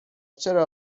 چرا